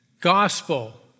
Gospel